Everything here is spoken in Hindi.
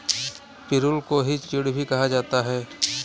पिरुल को ही चीड़ भी कहा जाता है